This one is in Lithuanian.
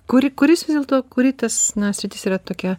kuri kuris vis dėlto kuri tas na sritis yra tokia